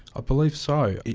ah believe so.